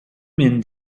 men